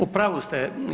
U pravu ste.